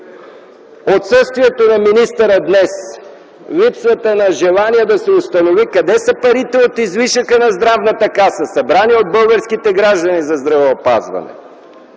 Отсъствието на министъра днес, липсата на желание да се установи къде са парите от излишъка на Здравната каса, събрани от българските граждани за здравеопазване,